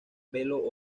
velo